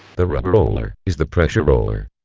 the rubber roller is the pressure roller.